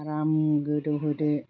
आराम गोदौहोदो